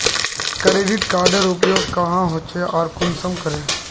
Credit कार्डेर उपयोग क्याँ होचे आर कुंसम करे?